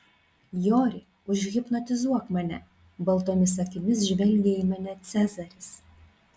jori užhipnotizuok mane baltomis akimis žvelgė į mane cezaris